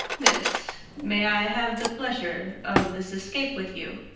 miss, may i have the pleasure of this escape with you?